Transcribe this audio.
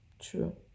True